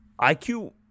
IQ